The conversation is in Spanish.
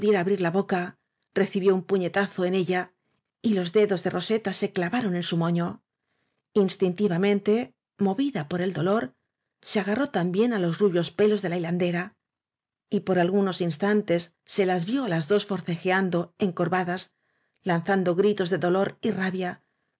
abrir la boca recibió un puñetazo en ella y los dedos de rose ta se clavaron en su frióñó instintivamente movida por el dolor se agarró también á losrubió's pelos de la hilandera y por algunos instantes se las vió á las dos forcejeando encor vadas lanzando gritos de dolor y rabia